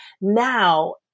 Now